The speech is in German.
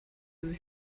sich